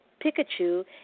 Pikachu